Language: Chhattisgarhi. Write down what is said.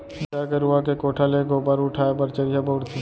गाय गरूवा के कोठा ले गोबर उठाय बर चरिहा बउरथे